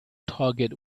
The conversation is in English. target